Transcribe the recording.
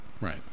Right